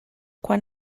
quan